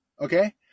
Okay